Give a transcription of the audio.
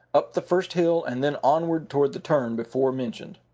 up the first hill and then onward toward the turn before mentioned.